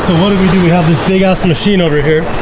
so what do we do? we have this big ass machine over here.